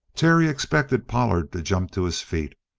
terry expected pollard to jump to his feet.